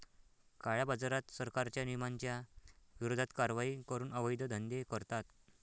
काळ्याबाजारात, सरकारच्या नियमांच्या विरोधात कारवाई करून अवैध धंदे करतात